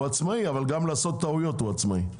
הוא עצמאי אבל גם לעשות טעויות הוא עצמאי.